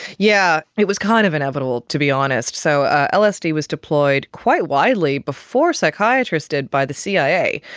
yeah it was kind of inevitable, to be honest. so lsd was deployed quite widely before psychiatrists did by the cia.